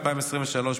התשפ"ג 2023,